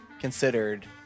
considered